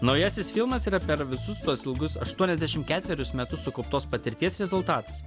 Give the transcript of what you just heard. naujasis filmas yra per visus tuos ilgus aštuoniasdešim ketverius metus sukauptos patirties rezultatas